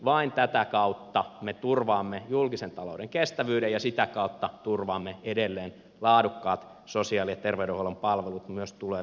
vain tätä kautta me turvaamme julkisen talouden kestävyyden ja sitä kautta turvaamme edelleen laadukkaat sosiaali ja terveydenhuollon palvelut myös tulevina vuosina